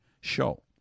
show